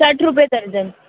सठि रुपए दर्जन